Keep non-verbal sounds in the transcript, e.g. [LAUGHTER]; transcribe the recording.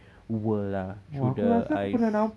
[BREATH] world ah through the eyes